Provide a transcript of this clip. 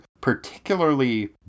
particularly